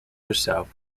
herself